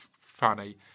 funny